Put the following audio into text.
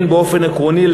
באופן עקרוני,